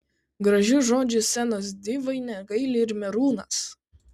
gražių žodžių scenos divai negaili ir merūnas